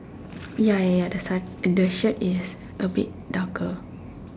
ya ya ya that's like and the shirt is a bit darker